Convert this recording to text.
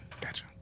Gotcha